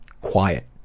quiet